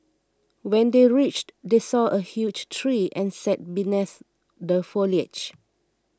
when they reached they saw a huge tree and sat beneath the foliage